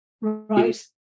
right